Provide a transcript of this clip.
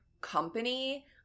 company